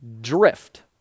drift